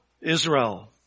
Israel